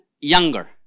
younger